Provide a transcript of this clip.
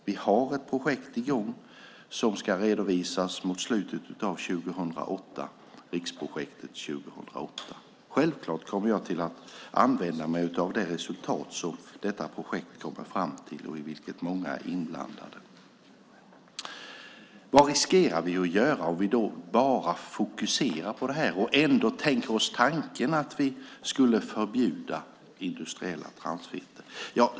Vi har ett projekt i gång som ska redovisas mot slutet av 2008 - Riksprojektet 2008. Självfallet kommer jag att använda mig av det resultat som detta projekt, i vilket många är inblandade, kommer fram till. Vad riskerar vi att göra om vi då bara fokuserar på det här och ändå tänker oss tanken att vi skulle förbjuda industriella transfetter?